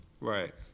Right